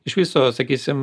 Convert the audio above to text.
iš viso sakysim